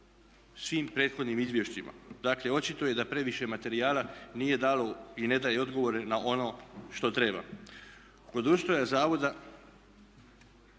svim prethodnim izvješćima. Dakle, očito je da previše materijala nije dalo i ne daje odgovore na ono što treba. Kod ustroja zavoda